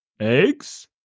Eggs